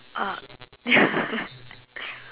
uh ya